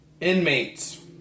Inmates